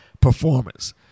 performance